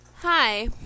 Hi